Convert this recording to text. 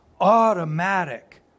automatic